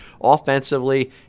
offensively